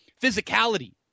physicality